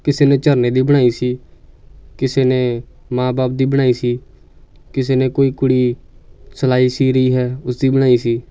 ਕਿਸੇ ਨੇ ਝਰਨੇ ਦੀ ਬਣਾਈ ਸੀ ਕਿਸੇ ਨੇ ਮਾਂ ਬਾਪ ਦੀ ਬਣਾਈ ਸੀ ਕਿਸੇ ਨੇ ਕੋਈ ਕੁੜੀ ਸਿਲਾਈ ਸੀ ਰਹੀ ਹੈ ਉਸਦੀ ਬਣਾਈ ਸੀ